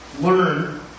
learn